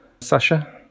Sasha